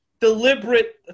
deliberate